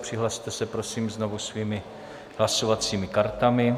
Přihlaste se, prosím, znovu svými hlasovacími kartami.